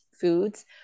foods